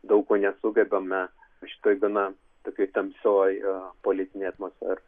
daug ko nesugebame šitoj gana tokioj tamsioj politinėj atmosferoj